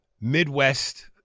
Midwest